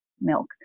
milk